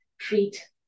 treat